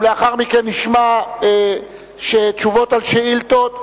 ולאחר מכן נשמע תשובות על שאילתות.